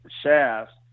shafts